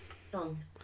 songs